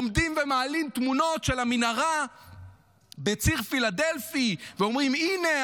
עומדים ומעלים תמונות של המנהרה בציר פילדלפי ואומרים: הינה,